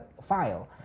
file